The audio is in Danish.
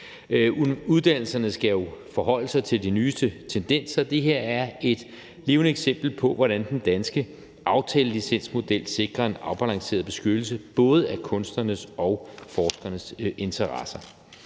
Uddannelserne skal jo forholde sig til de nyeste tendenser. Det her er et levende eksempel på, hvordan den danske aftalelicensmodel sikrer en afbalanceret beskyttelse af både kunstnernes og forskernes interesser.